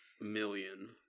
Million